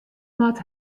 moat